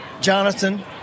Jonathan